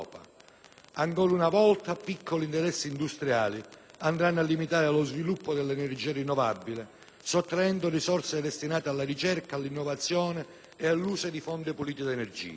Ancora una volta piccoli interessi industriali andranno a limitare lo sviluppo dell'energia rinnovabile, sottraendo risorse destinate alla ricerca, all'innovazione e all'uso di fonti pulite d'energia.